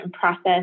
process